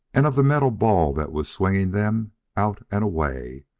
and of the metal ball that was swinging them out and away.